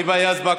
היבה יזבק,